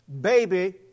baby